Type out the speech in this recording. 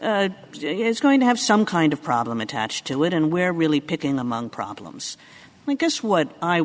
is going to have some kind of problem attached to it and where really picking among problems like this what i